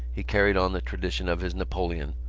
he carried on the tradition of his napoleon,